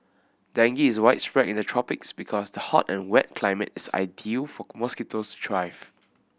dengue is widespread in the tropics because the hot and wet climate is ideal for mosquitoes to thrive